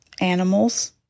animals